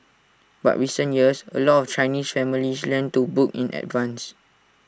but recent years A lot of Chinese families lend to book in advance